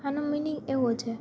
આનો મીનિંગ એવો છે